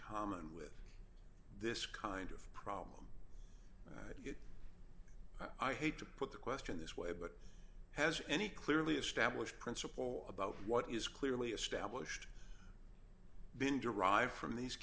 common with this kind of problem i hate to put the question this way but has any clearly established principle about what is clearly established been derived from these